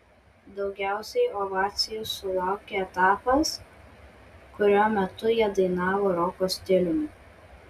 daugiausiai ovacijų sulaukė etapas kurio metu jie dainavo roko stiliumi